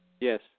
yes